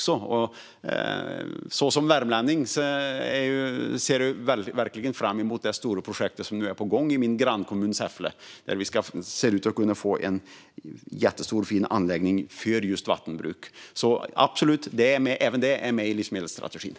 Som värmlänning ser jag verkligen fram emot det stora projekt som är på gång i min grannkommun Säffle, där vi ser ut att kunna få en jättestor och fin anläggning för just vattenbruk. Även detta är absolut med i livsmedelsstrategin.